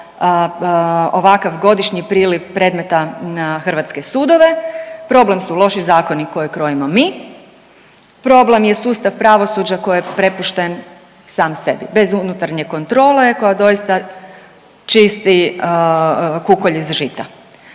ovakav godišnji priliv predmeta na hrvatske sudove. Problem su loši zakoni koje krojimo mi. Problem je sustav pravosuđa koji je prepušten sam sebi bez unutarnje kontrole koja je doista čisti kukolj iz žita.